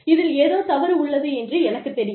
இதில் ஏதோ தவறு உள்ளது என்று எனக்குத் தெரியும்